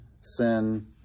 sin